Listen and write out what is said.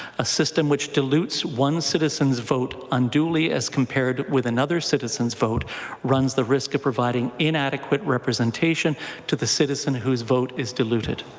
a system which dilutes one citizen's vote unduly as compared with another citizen's vote runs the risk of providing inadequate representation to the citizen whose vote is diluted.